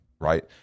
right